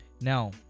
now